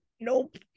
nope